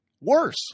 worse